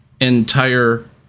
entire